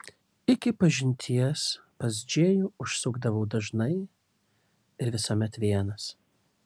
iki pažinties pas džėjų užsukdavau dažnai ir visuomet vienas